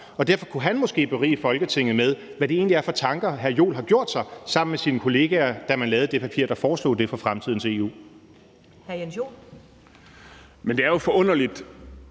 Derfor kunne hr. Jens Joel måske berige Folketinget med, hvad det egentlig er for tanker, han har gjort sig sammen med kollegaer, da man lavede det papir, der foreslog det for fremtidens EU. Kl. 16:38 Første